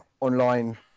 online